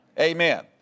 Amen